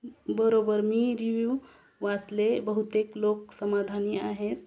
बरोबर मी रिव्ह्यू वाचले बहुतेक लोक समाधानी आहेत